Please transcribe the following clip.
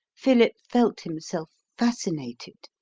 philip felt himself fascinated.